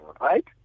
right